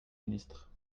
ministre